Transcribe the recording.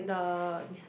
the